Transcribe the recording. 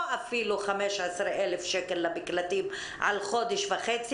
או אפילו 15,000 שקל למקלטים על חודש וחצי.